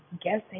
guessing